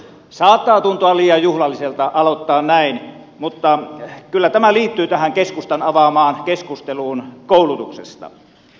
saattaa tuntua liian juhlalliselta aloittaa näin mutta kyllä tämä liittyy tähän keskustan avaamaan keskusteluun koulutuksesta